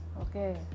okay